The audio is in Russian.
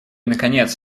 наконец